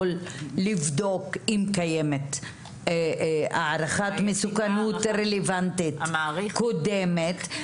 לבדוק אם קיימת הערכת מסוכנות רלוונטית קודמת,